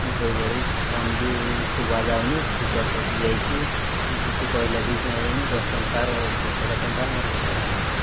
କି ସେହିଭଳି ଫୋନ୍ ବି ଶୁଭାଯାଉନି ସ୍ପିକର୍ କଟିଯାଇଛି କିଛି କହିଲେ ବି ଶୁଣାଯାଉନି ଦଶ ଟଙ୍କାର ଦଶ ହଜାର ଟଙ୍କା ମୋର ବେକାର ହେଲା